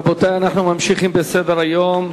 רבותי, אנחנו ממשיכים בסדר-היום: